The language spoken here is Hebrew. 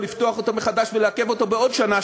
או לפתוח אותו מחדש ולעכב אותו בעוד שנה,